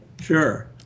Sure